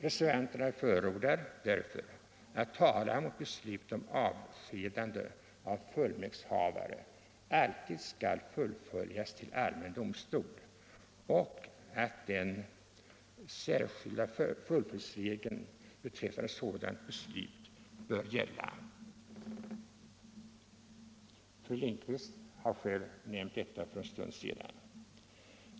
Reservanterna förordar därför att talan mot beslut om avskedande av fullmaktshavare alltid skall fullföljas till allmän domstol och att den särskilda fullföljdsregeln beträffande sådant beslut bör gälla. Fru Lindquist nämnde själv detta för en stund sedan.